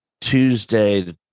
Tuesday